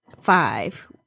five